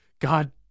God